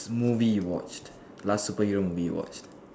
movie you watched last superhero movie you watched